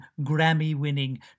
Grammy-winning